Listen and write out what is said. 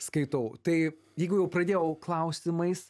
skaitau tai jeigu jau pradėjau klausimais